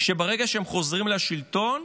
שברגע שהם חוזרים לשלטון